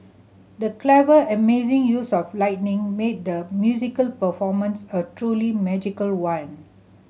the clever amazing use of lighting made the musical performance a truly magical one